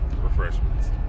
refreshments